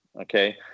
Okay